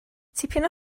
tipyn